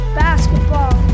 basketball